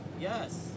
Yes